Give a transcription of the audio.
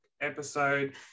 episode